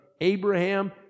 Abraham